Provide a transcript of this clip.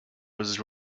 was